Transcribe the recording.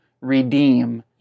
redeem